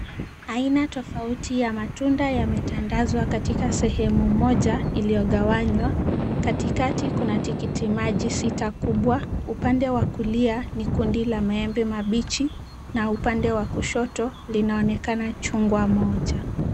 Aina tofauti ya matunda yametandazwa katika sehemu moja iliyogawanywa. Katikati kuna tikitimaji sita kubwa, upande wa kulia, ni kundi la maembe mabichi na upande wa kushoto linaonekana chungwa moja.